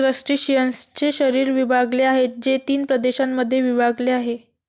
क्रस्टेशियन्सचे शरीर विभागलेले आहे, जे तीन प्रदेशांमध्ये विभागलेले आहे